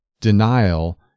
Denial